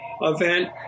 event